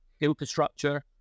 infrastructure